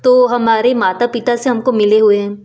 तो हमारे माता पिता से हमको मिले हुए हैं